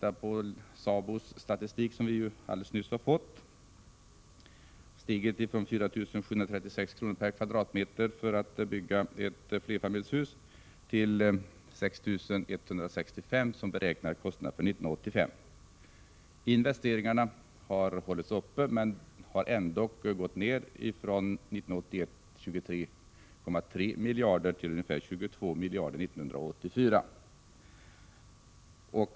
Enligt SABO:s statistik, som vi just fått, har priset per kvadratmeter för att bygga ett flerfamiljshus stigit från 4 736 kr. till 6 165 kr. 1985. Investeringarna har hållits på en någorlunda hög nivå, men de har ändå gått ned från 23,3 miljarder 1981 till ungefär 22 miljarder 1984.